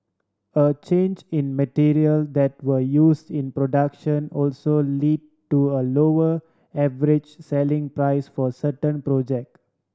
a change in material that were use in production also led to a lower average selling price for certain project